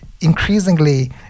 increasingly